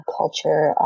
culture